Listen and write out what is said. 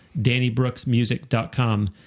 DannyBrooksMusic.com